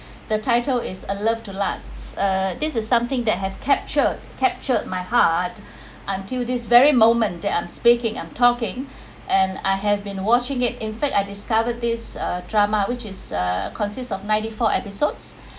the title is a love to lasts uh this is something that have captured captured my heart until this very moment that I'm speaking I'm talking and I have been watching it in fact I discovered this uh drama which is uh consists of ninety four episodes